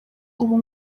ubu